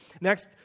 Next